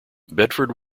bedford